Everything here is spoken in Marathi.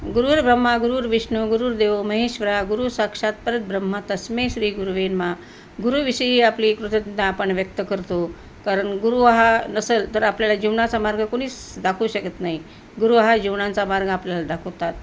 गुरुर्ब्रम्हा गुरुर्विष्णु गुरुर्देवो महेश्वरः गुरू साक्षात परब्रम्ह तस्मै श्री गुरुवे नमः गुरुविषयी आपली कृतज्ञता आपण व्यक्त करतो कारण गुरु हा नसेल तर आपल्याला जीवनाचा मार्ग कोणीच दाखवू शकत नाही गुरु हा जीवनाचा मार्ग आपल्याला दाखवतात